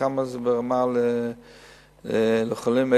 הרמה של הטיפול בחולים,